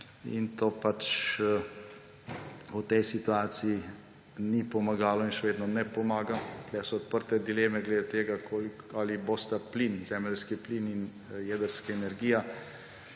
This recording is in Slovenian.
in to v tej situaciji ni pomagalo in še vedno ne pomaga. Tukaj so oprte dileme glede tega, ali bosta zemeljski plin in jedrska energija